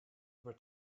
were